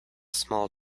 small